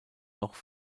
noch